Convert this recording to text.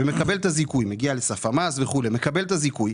ומקבל את הזיכוי מגיע לסף המס וכו' מקבל את הזיכוי,